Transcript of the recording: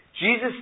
Jesus